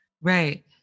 Right